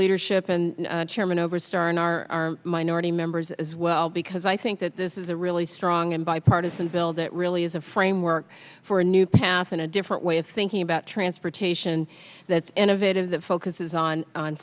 leadership and chairman over starn our minority members as well because i think that this is a really strong and bipartisan bill that really is a framework for a new path and a different way of thinking about transportation that's innovative that focuses on on